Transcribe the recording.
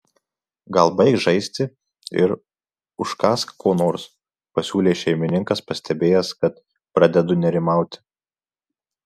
gal baik žaisti ir užkąsk ko nors pasiūlė šeimininkas pastebėjęs kad pradedu nerimauti